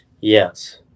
Yes